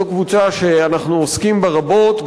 זו קבוצה שאנחנו עוסקים בה רבות,